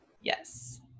yes